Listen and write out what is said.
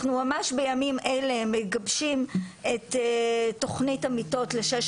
אנחנו ממש בימים אלה מגבשים את תוכנית המיטות לשש